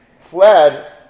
fled